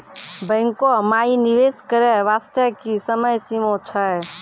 बैंको माई निवेश करे बास्ते की समय सीमा छै?